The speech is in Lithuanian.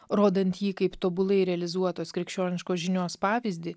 rodant jį kaip tobulai realizuotos krikščioniškos žinios pavyzdį